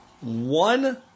one